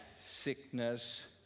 sickness